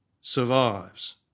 survives